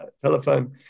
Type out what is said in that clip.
telephone